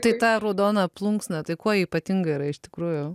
tai ta raudona plunksna tai kuo ypatinga yra iš tikrųjų